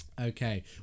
okay